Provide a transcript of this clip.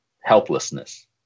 helplessness